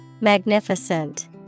Magnificent